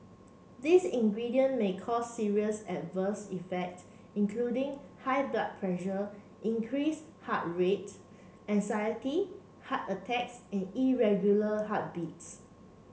these ingredient may cause serious adverse effect including high blood pressure increased heart rate anxiety heart attacks and irregular heartbeats